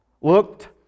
looked